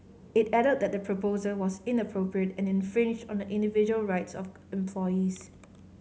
it added that the proposal was inappropriate and infringed on the individual rights of employees